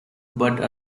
but